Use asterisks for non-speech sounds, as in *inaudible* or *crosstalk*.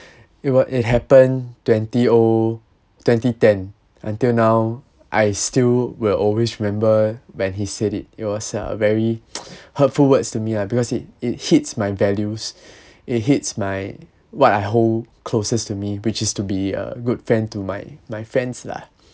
it wa~ it happened twenty O twenty ten until now I still will always remember when he said it it was a very *noise* hurtful words to me lah because it it hits my values it hits my what I hold closest to me which is to be a good friend to my my friends lah